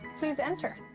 please enter.